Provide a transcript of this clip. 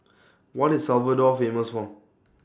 What IS Salvador Famous For